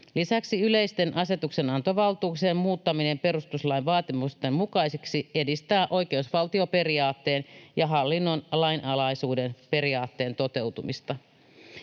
Lisäksi yleisten asetuksenantovaltuuksien muuttaminen perustuslain vaatimusten mukaisiksi edistää oikeusvaltioperiaatteen ja hallinnon lainalaisuuden periaatteen toteutumista.